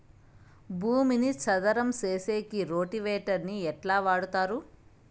భూమిని చదరం సేసేకి రోటివేటర్ ని ఎట్లా వాడుతారు?